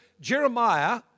Jeremiah